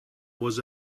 was